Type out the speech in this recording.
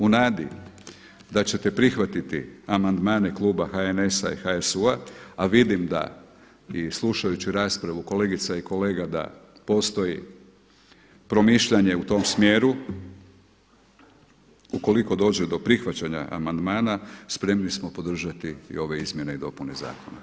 U nadi da ćete prihvatiti amandmane Kluba HNS-a i HSU-a, a vidim da i slušajući raspravu kolegica i kolega da postoji promišljanje u tom smjeru ukoliko dođe do prihvaćanja amandmana, spremni smo podržati i ove izmjene i dopune zakona.